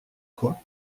quoi